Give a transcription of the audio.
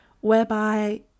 whereby